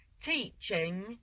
teaching